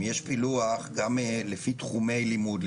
יש פילוח גם לפי תחומי לימוד,